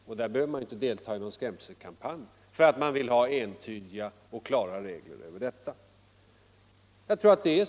Och man behöver inte delta i någon skrämselkampanj för att vilja ha entydiga och klara regler för det.